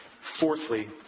Fourthly